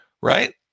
right